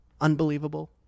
unbelievable